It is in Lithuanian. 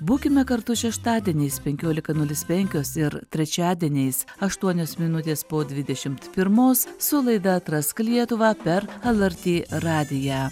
būkime kartu šeštadieniais penkiolika nulis penkios ir trečiadieniais aštuonios minutės po dvidešim pirmos su laida atrask lietuvą per lrt radiją